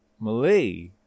Malay